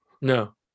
No